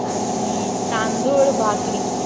आनी तांदूळ भाकरी